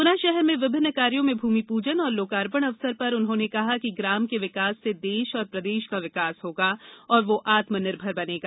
गुना शहर में विभिन्न कार्यो के भूमिपूजन एवं लोकार्पण अवसर पर उन्होंने कहा कि ग्राम के विकास से देश एवं प्रदेश का विकास होगा तथा आत्मनिर्भर बनेगा